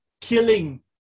killing